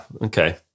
okay